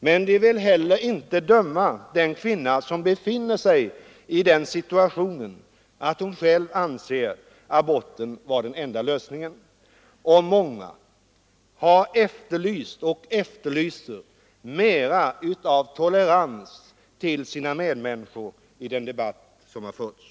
Men de vill heller inte döma den kvinna som befinner sig i den situationen, att hon själv anser aborten vara den enda lösningen. Och många har efterlyst och efterlyser mera av tolerans till sina medmänniskor i den debatt som har förts.